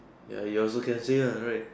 ya you also can say ya right